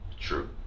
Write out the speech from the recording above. True